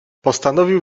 postanowił